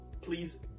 Please